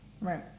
Right